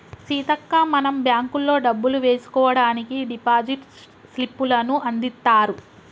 సీతక్క మనం బ్యాంకుల్లో డబ్బులు వేసుకోవడానికి డిపాజిట్ స్లిప్పులను అందిత్తారు